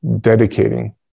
dedicating